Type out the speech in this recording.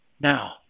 now